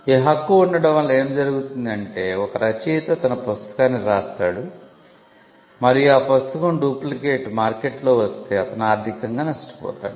ఈ హక్కు ఉండడం వల్ల ఏమి జరుగుతుంది అంటే ఒక రచయిత తన పుస్తకాన్ని వ్రాస్తాడు మరియు ఆ పుస్తకం డూప్లికేట్ మార్కెట్లో వస్తే అతను ఆర్దికంగా నష్టపోతాడు